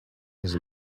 his